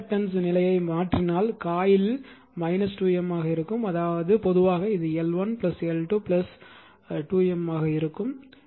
இந்த இண்டக்டன்ஸ் நிலையை மாற்றினால் காயிலில் 2M ஆக இருக்கும் அதாவது பொதுவாக இது L1 L2 2 M ஆக இருக்கும்